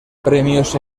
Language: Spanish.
premios